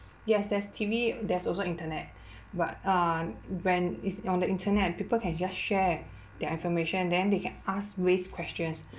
yes there's T_V there's also internet but uh when it's on the internet and people can just share their information and then they can ask raised questions